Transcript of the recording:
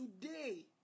today